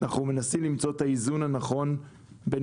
אנחנו מנסים למצוא את האיזון הנכון בין,